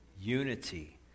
Unity